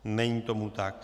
Není tomu tak.